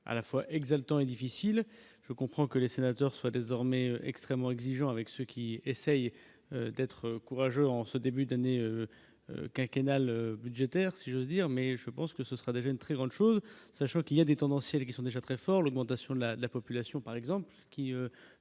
à la fois exaltant et difficile, je comprends que les sénateurs soient désormais extrêmement exigeant avec ceux qui essaye d'être courageux en ce début d'année quinquennal budgétaire si j'ose dire, mais je pense que ce sera déjà une très grande chose, sachant qu'il y a des tendanciel qui sont déjà très. Or, l'augmentation de la la population par exemple